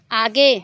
आगे